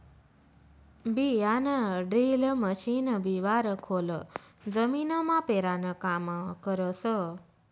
बियाणंड्रील मशीन बिवारं खोल जमीनमा पेरानं काम करस